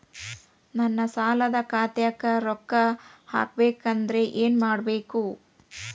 ನನ್ನ ಸಾಲದ ಖಾತಾಕ್ ರೊಕ್ಕ ಹಾಕ್ಬೇಕಂದ್ರೆ ಏನ್ ಮಾಡಬೇಕು?